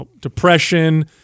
depression